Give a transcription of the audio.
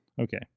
Okay